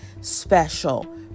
special